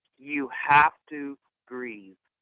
you have to grieve.